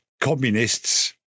communists